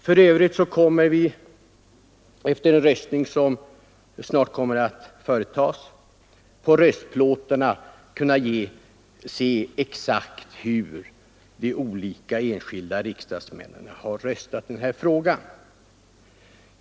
För övrigt kommer vi efter den votering som snart skall företas att på röstplåtarna kunna se exakt hur de enskilda riksdagsmännen har röstat.